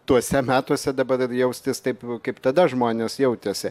tuose metuose dabar jaustis taip kaip tada žmonės jautėsi